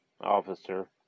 officer